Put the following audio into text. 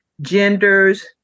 genders